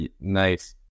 nice